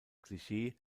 klischee